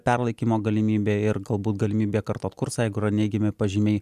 perlaikymo galimybė ir galbūt galimybė kartot kursą jeigu yra neigiami pažymiai